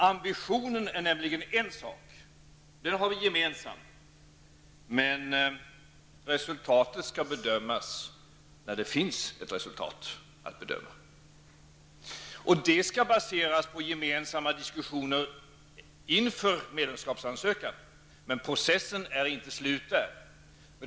Ambitionen är nämligen en sak, den har vi gemensam, men resultatet skall bedömas när det finns ett sådant att bedöma. Det skall baseras på gemensamma diskussioner inför en medlemskapsansökan, men processen är inte slut där.